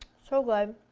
so good.